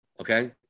Okay